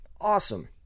Awesome